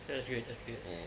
that's good that's good